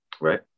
right